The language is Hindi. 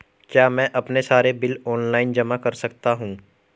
क्या मैं अपने सारे बिल ऑनलाइन जमा कर सकती हूँ?